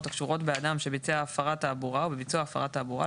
הקשורות באדם שביצע הפרת תעבורה או בביצוע הפרת התעבורה,